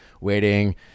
waiting